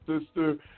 sister